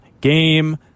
Game